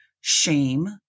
Shame